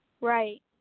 Right